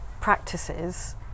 practices